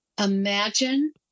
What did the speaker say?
Imagine